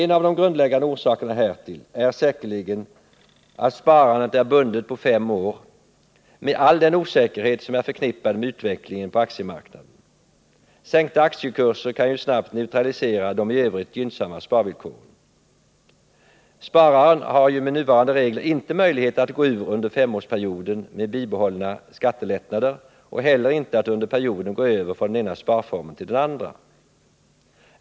En av de grundläggande orsakerna härtill är säkerligen att sparandet är bundet på fem år nied all den osäkerhet som är förknippad med utvecklingen på aktiemarknaden. Sänkta aktiekurser kan ju snabbt neutralisera de i övrigt gynnsamma sparvillkoren. Spararen har med nuvarande regler inte möjlighet att gå ur under femårsperioden med bibehållna skattelättnader och heller inte att under perioden gå över från den ena sparformen till den andra.